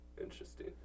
Interesting